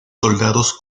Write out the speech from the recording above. soldados